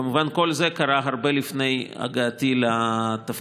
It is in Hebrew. כמובן, כל זה קרה הרבה לפני הגעתי לתפקיד.